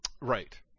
Right